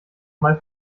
mal